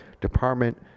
department